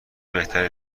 بهتری